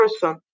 person